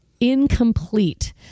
Incomplete